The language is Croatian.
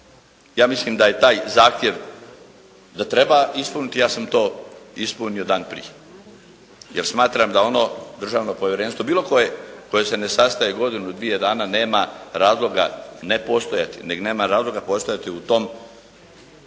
ja mislim da je taj zahtjev da treba ispuniti, ja sam to ispunio dan prije, jer smatram da ono državno povjerenstvo bilo koje, koje se ne sastaje godinu-dvije dana nema razloga ne postojati nego nema razloga postojati u tom